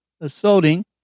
assaulting